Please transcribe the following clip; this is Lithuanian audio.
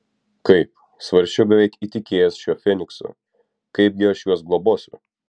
kaip svarsčiau beveik įtikėjęs šiuo feniksu kaipgi aš juos globosiu